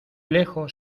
lejos